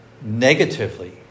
Negatively